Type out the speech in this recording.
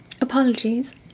Apologies